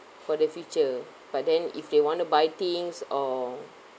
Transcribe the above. for the future but then if they want to buy things or